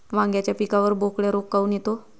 वांग्याच्या पिकावर बोकड्या रोग काऊन येतो?